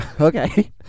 Okay